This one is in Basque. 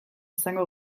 izango